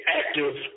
active